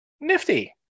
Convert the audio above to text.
nifty